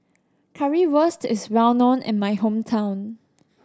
currywurst is well known in my hometown